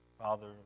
Father